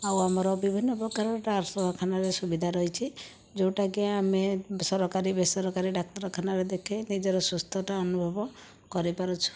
ଆଉ ଆମର ବିଭିନ୍ନ ପ୍ରକାର ସୁବିଧା ରହିଛି ଯେଉଁଟାକି ଆମେ ସରକାରୀ ବେସରକାରୀ ଡାକ୍ତରଖାନାରେ ଦେଖେଇ ନିଜର ସୁସ୍ଥତା ଅନୁଭବ କରିପାରୁଛୁ